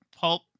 Pulp